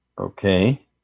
okay